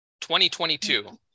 2022